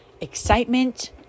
excitement